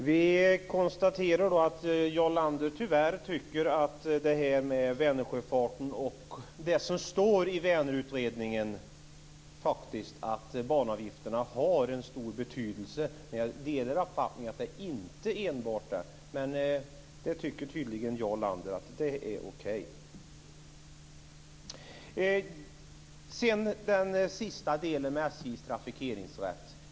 Fru talman! Det står i utredningen om Vänersjöfarten att banavgifterna har en stor betydelse. Jag delar uppfattningen att det inte enbart beror på dem. Jarl Lander tycker tydligen att det är okej.